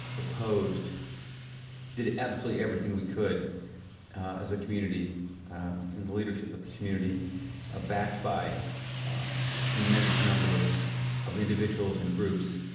opposed did absolutely everything we could as a community in the leadership of the community ah backed by a tremendous number of of individuals and groups